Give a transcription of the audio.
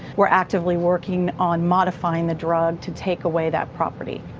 we're actively working on modifying the drug to take away that property.